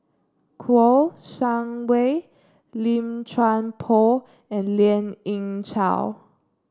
Kouo Shang Wei Lim Chuan Poh and Lien Ying Chow